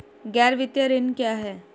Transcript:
गैर वित्तीय ऋण क्या है?